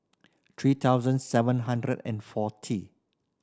three thousand seven hundred and forty